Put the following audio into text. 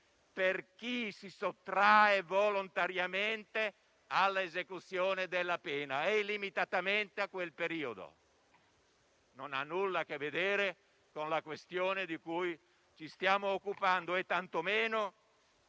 per chi si sottrae volontariamente all'esecuzione della pena e limitatamente a quel periodo; non ha nulla a che vedere con la questione di cui ci stiamo occupando e tantomeno